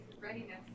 readiness